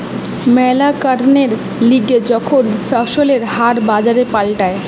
ম্যালা কারণের লিগে যখন ফসলের হার বাজারে পাল্টায়